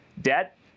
debt